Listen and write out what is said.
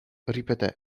ripeté